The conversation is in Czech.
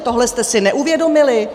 Tohle jste si neuvědomili?